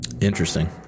Interesting